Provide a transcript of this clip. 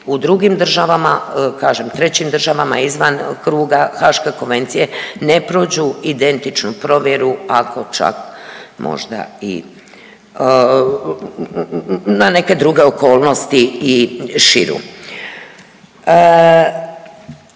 u drugim državama, kažem trećim državama izvan kruga Haške konvencije, ne prođu identičnu provjeru ako čak možda i na neke druge okolnosti i širu.